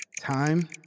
Time